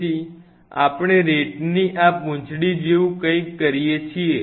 તેથી આપણે RAT ની આ પૂંછડી જેવું કંઈક કરીએ છીએ